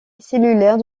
cellulaire